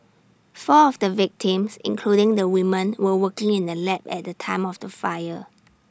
four of the victims including the woman were working in the lab at the time of the fire